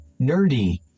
nerdy